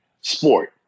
sport